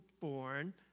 born